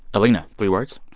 alina, three words?